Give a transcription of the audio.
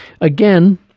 Again